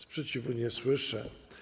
Sprzeciwu nie słyszę.